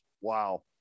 Wow